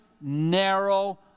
narrow